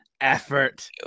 effort